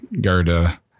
Garda